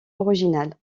original